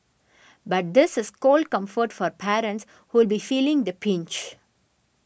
but this is cold comfort for parents who'll be feeling the pinch